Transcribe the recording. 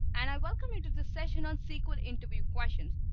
and i welcome you to this session on sql interview questions.